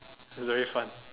it's very fun